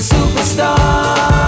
Superstar